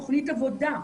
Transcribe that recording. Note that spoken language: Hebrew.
תוכנית עבודה.